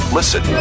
Listen